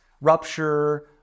rupture